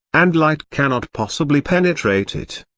and light cannot possibly penetrate it.